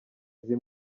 izi